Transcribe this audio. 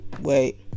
wait